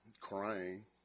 crying